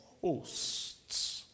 hosts